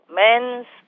men's